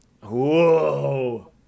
Whoa